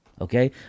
Okay